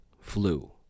flu